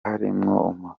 harimwo